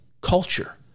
culture